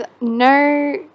no